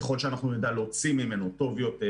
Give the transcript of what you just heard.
ככל שאנחנו נדע להוציא ממנו טוב יותר